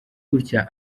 gutya